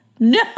No